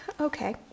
Okay